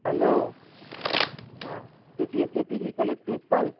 hello آ D C S K P G college principal